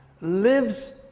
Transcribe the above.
lives